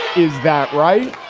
is that right?